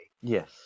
Yes